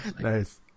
Nice